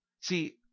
see